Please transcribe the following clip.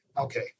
okay